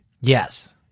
Yes